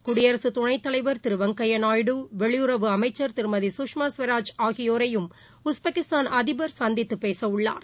குடியரசுதுணைத் தலைவர் திருவெங்கையநாயுடு வெளியுறவு அமைச்சர் திருமதி கஷ்மாகவராஜ் ஆகியோரையும் உஸ்பெகிஸ்தான் அதிபர் சந்தித்துபேசவுள்ளார்